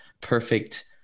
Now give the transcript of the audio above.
perfect